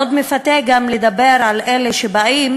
מאוד מפתה גם לדבר על אלה שבאים,